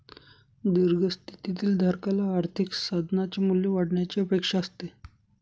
दीर्घ स्थितीतील धारकाला आर्थिक साधनाचे मूल्य वाढण्याची अपेक्षा असते